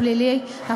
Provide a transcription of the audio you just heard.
פלילי,